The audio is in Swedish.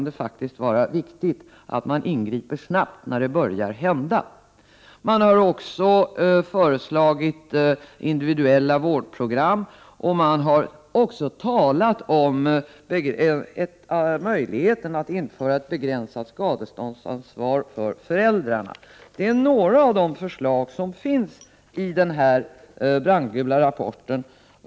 Det kan vara viktigt att man ingriper snabbt när det börjar hända saker. Man har också föreslagit individuella vårdprogram, och man har även talat om möjligheten att införa ett begränsat skadeståndsansvar för föräldrarna. Detta är några av de förslag som finns i den brandgula rapporten.